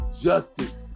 justice